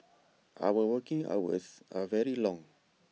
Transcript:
our working hours are very long